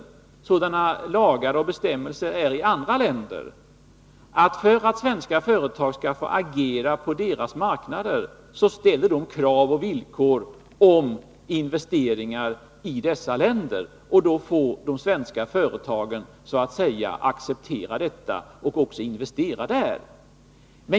Det finns sådana lagar och bestämmelser i andra länder att svenska företag för att få agera på deras marknader måste investera i dessa länder. De svenska företagen får acceptera detta och också investera där.